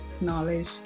knowledge